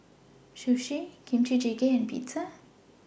Sushi Kimchi Jjigae and Pizza